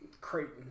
Creighton